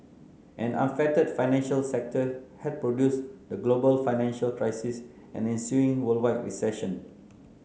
an unfettered financial sector had produced the global financial crisis and ensuing worldwide recession